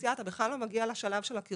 יציאה אתה בכלל לא מגיע לשלב של הכרטוס,